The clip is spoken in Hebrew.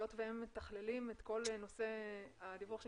היות והם מתחללים את כל נושא הדיווח של